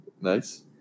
Nice